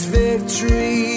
victory